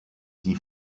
die